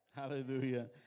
Hallelujah